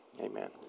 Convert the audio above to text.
Amen